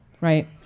right